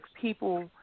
people